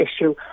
issue